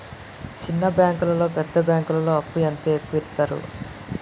చిన్న బ్యాంకులలో పెద్ద బ్యాంకులో అప్పు ఎంత ఎక్కువ యిత్తరు?